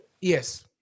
Yes